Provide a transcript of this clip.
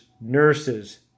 nurses